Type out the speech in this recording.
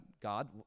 God